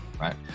right